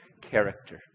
character